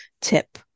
tip